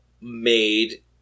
made